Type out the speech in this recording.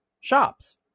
shops